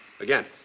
Again